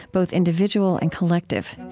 both individual and collective.